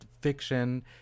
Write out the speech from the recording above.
fiction